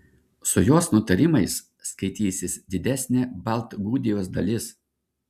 su jos nutarimais skaitysis didesnė baltgudijos dalis